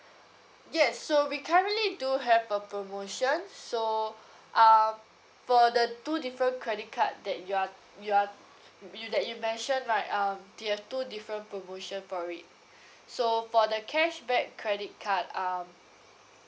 yes so we currently do have a promotion so um for the two different credit card that you are you are you that you mention right um they have two different promotion for it so for the cashback credit card um